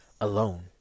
alone